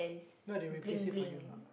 no they replace it for you lah